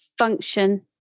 Function